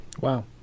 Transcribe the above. wow